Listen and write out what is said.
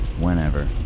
Whenever